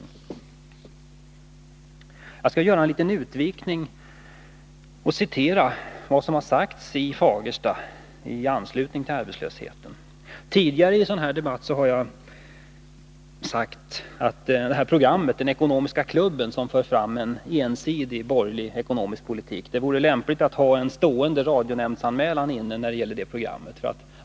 Jag skall göra en liten utvikning och relatera vad som har sagts beträffande arbetslösheten i Fagersta. Jag har i en tidigare debatt sagt att man i Ekonomiska klubbens radioprogram för fram en så ensidig borgerlig ekonomisk politik att det vore lämpligt att ha en stående radionämndsan mälan inne mot programmet.